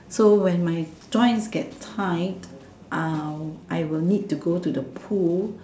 so when my joint gets tight I will need to go to the pool